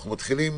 אנחנו מתחילים